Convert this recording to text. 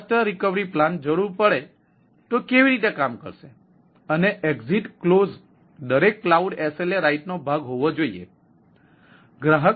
disaster recovery plan જરૂર પડે તો કેવી રીતે કામ કરશે અને એક્ઝિટ ક્લોઝ દરેક ક્લાઉડ SLA રાઇટનો ભાગ હોવો જોઈએ